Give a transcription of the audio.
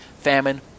famine